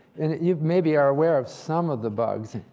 and you, maybe, are aware of some of the bugs.